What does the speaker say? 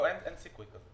לא, אין סיכוי כזה.